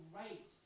right